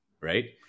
right